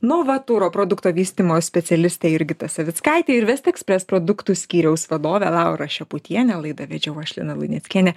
novaturo produkto vystymo specialistę jurgitą savickaitę ir vestekspres produktų skyriaus vadovę laurą šeputienę laidą vedžiau aš lina luneckienė